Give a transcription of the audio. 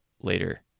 later